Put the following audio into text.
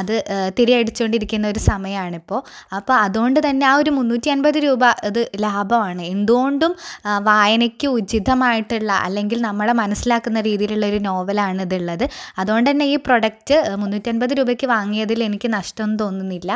അത് തിരയടിച്ചോണ്ടിരിക്കുന്നൊരു സമയമാണിപ്പോൾ അപ്പം അതുകൊണ്ട് തന്നെ ആ ഒരു മുന്നൂറ്റി അൻപത് രൂപ അത് ലാഭമാണ് എന്ത് കൊണ്ടും വായനക്ക് ഉചിതമായിട്ടുള്ള അല്ലെങ്കിൽ നമ്മളെ മനസ്സിലാക്കുന്ന രീതിയിലുള്ളൊരു നോവലാണ് ഇത് ഉള്ളത് അതുകൊണ്ട് തന്നെ ഈ പ്രോഡക്റ്റ് മുന്നൂറ്റി അൻപത് രൂപക്ക് വാങ്ങിയതിൽ എനിക്ക് നഷ്ടമൊന്നും തോന്നുന്നില്ല